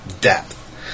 depth